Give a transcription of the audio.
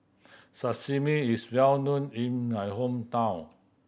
sashimi is well known in my hometown